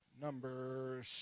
Number